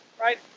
Right